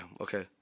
okay